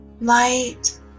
light